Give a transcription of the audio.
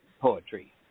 poetry